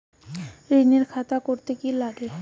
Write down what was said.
ঋণের খাতা করতে কি লাগে?